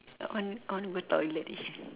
I I want to go toilet actually